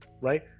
right